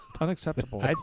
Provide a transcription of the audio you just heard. unacceptable